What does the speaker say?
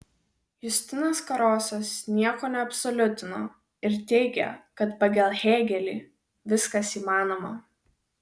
justinas karosas nieko nesuabsoliutino ir teigė kad pagal hėgelį viskas įmanoma